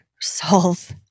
solve